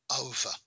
over